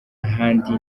ahandi